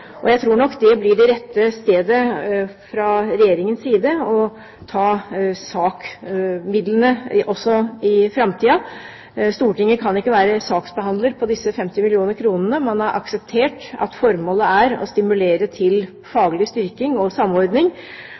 budsjettdokumentene. Jeg tror nok det fra Regjeringens side blir det rette stedet å ta SAK-midlene også i framtiden. Stortinget kan ikke være saksbehandler når det gjelder disse 50 millioner kronene. Man har akseptert at formålet er å stimulere til faglig styrking og samordning,